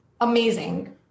amazing